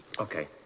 Okay